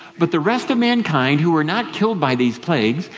but the rest of mankind, who were not killed by these plagues,